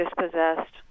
dispossessed